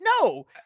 No